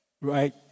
Right